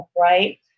right